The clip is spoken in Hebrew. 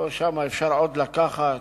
שם עוד אפשר לקחת,